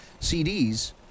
CDs